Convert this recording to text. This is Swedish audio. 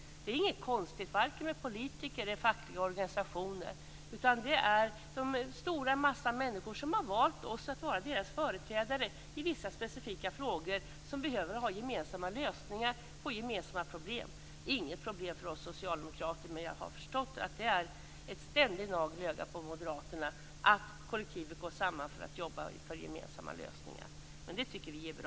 Det är ingenting konstigt med vare sig politiker eller fackliga organisationer, utan det är den stora massan människor som har valt oss att vara företrädare i vissa specifika frågor som behöver gemensamma lösningar på gemensamma problem. Det är inget problem för oss socialdemokrater. Men jag har förstått att det är en ständig nagel i ögat på moderaterna att kollektiven går samman för att jobba för gemensamma lösningar. Men det tycker vi är bra.